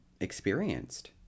experienced